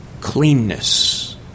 cleanness